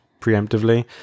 preemptively